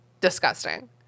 Disgusting